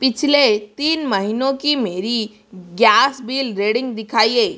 पिछले तीन महीनों की मेरी गैस बिल रिडिंग दिखाइए